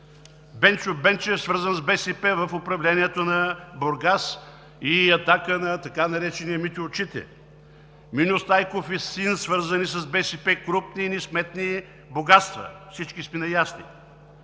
Бенчо Бенчев е свързан с БСП в управлението на Бургас и ятак на така наречения Митьо Очите. Миньо Стайков и син – свързани с БСП, крупни и несметни богатства. Всички сме наясно!